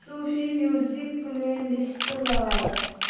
Sufi music playlist log